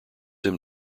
him